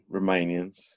Romanians